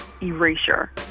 erasure